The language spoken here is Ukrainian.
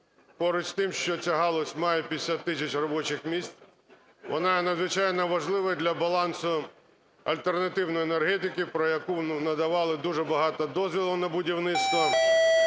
поруч з тим, що ця галузь має 50 тисяч робочих місць, вона надзвичайно важлива для балансу альтернативної енергетики, про яку… ну, надавали дуже багато дозволів на будівництво.